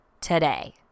today